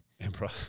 emperor